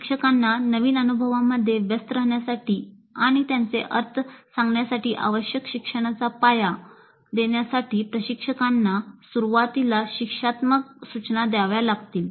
शिक्षकांना नवीन अनुभवामध्ये व्यस्त राहण्यासाठी आणि त्यांचे अर्थ सांगण्यासाठी आवश्यक शिक्षणाचा पाया देण्यासाठी प्रशिक्षकांना सुरुवातीला शिक्षात्मक सूचना द्याव्या लागतील